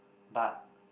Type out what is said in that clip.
but